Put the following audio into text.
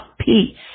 peace